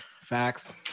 Facts